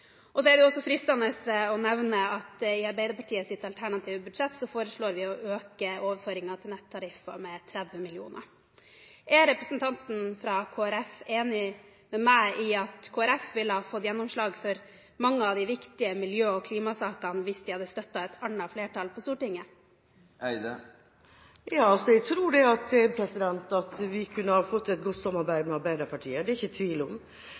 Så er det også fristende å nevne at vi i Arbeiderpartiets alternative budsjett foreslår å øke overføringene til nettariffer med 30 mill. kr. Er representanten fra Kristelig Folkeparti enig med meg i at Kristelig Folkeparti ville ha fått gjennomslag for mange av de viktige miljø- og klimasakene hvis de hadde støttet et annet flertall på Stortinget? Jeg tror at vi kunne ha fått et godt samarbeid med Arbeiderpartiet, det er jeg ikke i tvil om.